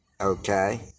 Okay